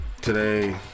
today